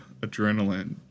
adrenaline